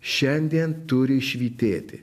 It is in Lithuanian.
šiandien turi švytėti